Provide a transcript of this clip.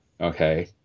Okay